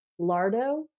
lardo